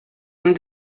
han